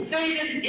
Satan